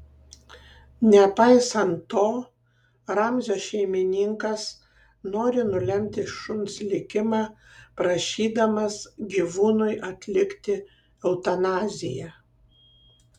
nepaisant to ramzio šeimininkas nori nulemti šuns likimą prašydamas gyvūnui atlikti eutanaziją